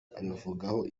abivugaho